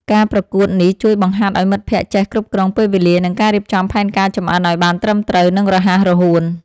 ការប្រកួតនេះជួយបង្ហាត់ឱ្យមិត្តភក្តិចេះគ្រប់គ្រងពេលវេលា និងការរៀបចំផែនការចម្អិនឱ្យបានត្រឹមត្រូវ និងរហ័សរហួន។